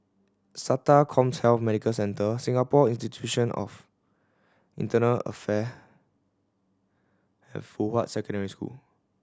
SATA CommHealth Medical Centre Singapore Institute of Affair Fuhua Secondary School